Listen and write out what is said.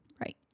Right